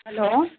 hello